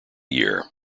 year